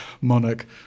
monarch